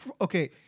Okay